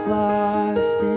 lost